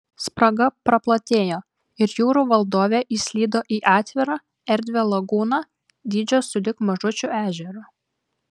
spraga praplatėjo ir jūrų valdovė išslydo į atvirą erdvią lagūną dydžio sulig mažučiu ežeru